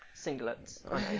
Singlets